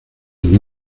muy